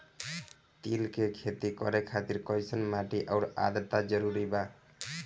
तिल के खेती करे खातिर कइसन माटी आउर आद्रता जरूरी बा?